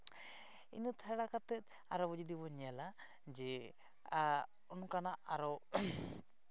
ᱤᱱᱟᱹ ᱪᱷᱟᱲᱟ ᱠᱟᱛᱮᱫ ᱟᱨᱚ ᱡᱩᱫᱤ ᱵᱚᱱ ᱧᱮᱞᱟ ᱡᱮ ᱚᱱᱠᱟᱱᱟᱜ ᱟᱨᱚ